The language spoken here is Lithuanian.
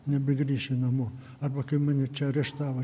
nebegrįši namo arba kai mane čia areštavo